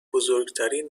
بزرگترین